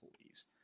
please